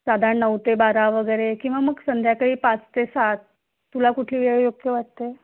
साधारण नऊ ते बारा वगैरे किंवा मग संध्याकाळी पाच ते सात तुला कुठली वेळ योग्य वाटते आहे